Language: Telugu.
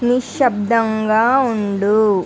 నిశ్శబ్దంగా ఉండు